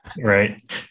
Right